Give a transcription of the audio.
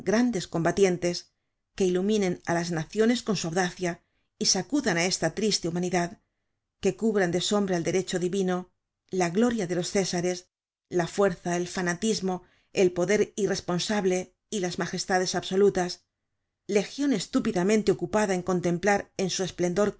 grandes combatientes que iluminen á las naciones con su audacia y sacudan á esta triste humanidad que cubran de sombra el derecho divino la gloria de los césares la fuerza el fanatismo el poder irresponsable y las magestades absolutas legion estúpidamente ocupada en contemplar en su esplendor